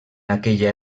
aquella